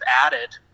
added